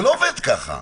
זה לא עובד ככה.